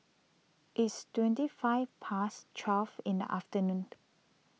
its twenty five past twelve in the afternoon